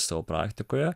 savo praktikoje